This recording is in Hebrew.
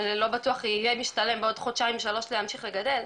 שלא בטוח יהיה משתלם בעוד חודשיים שלושה להמשיך לגדל.